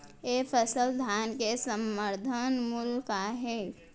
ए साल धान के समर्थन मूल्य का हे?